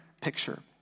picture